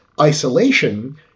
isolation